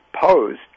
posed